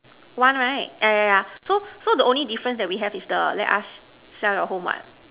one right yeah yeah yeah so so the only difference that we have is the let us sell your home what